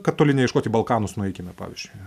kad toli neieškot į balkanus nueikime pavyzdžiui